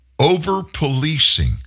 over-policing